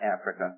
Africa